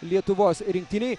lietuvos rinktinei